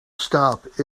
stop